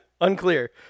Unclear